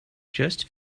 just